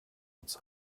uns